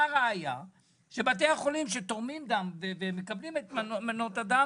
הראיה היא שבתי החולים שתורמים דם ומקבלים את מנות הדם